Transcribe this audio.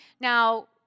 now